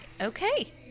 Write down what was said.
Okay